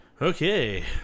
okay